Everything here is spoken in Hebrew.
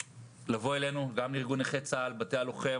לבוא אלינו, גם לארגון נכי צה"ל, לבתי הלוחם.